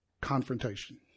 confrontation